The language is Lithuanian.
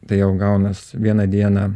tai jau gaunas viena diena